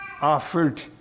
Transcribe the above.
offered